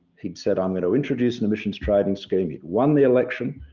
he'd said, i'm going to introduce an emissions trading scheme, he'd won the election.